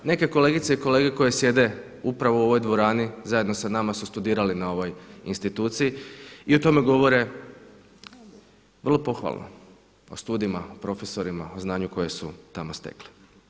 Neke kolegice i kolege koje sjede upravo u ovoj dvorani zajedno sa nama su studirali na ovoj instituciji i o tome govore vrlo pohvalno, o studijima, o profesorima o znanju koje su tamo stekli.